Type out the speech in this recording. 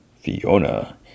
Fiona